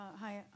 Hi